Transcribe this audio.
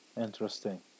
Interesting